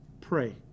pray